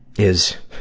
is